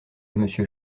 monsieur